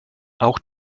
auch